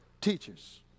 teachers